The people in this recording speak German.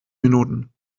minuten